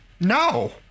No